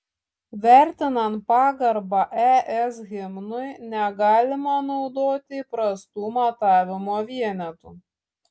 vertinant pagarbą es himnui negalima naudoti įprastų matavimo vienetų